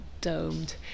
domed